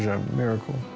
a um miracle.